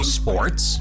sports